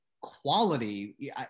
Quality